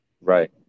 right